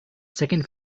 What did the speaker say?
second